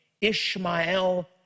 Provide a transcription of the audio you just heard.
Ishmael